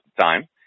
time